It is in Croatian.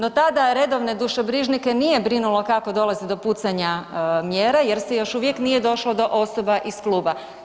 No tada redovne dušobrižnike nije brinulo kako dolazi do pucanja mjera jer se još uvijek nije došlo do osoba iz kluba.